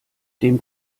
dem